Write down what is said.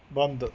ਬੰਦ